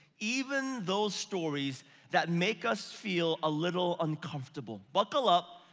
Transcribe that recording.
even those stories that make us feel a little uncomfortable. buckle up,